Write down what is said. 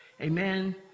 amen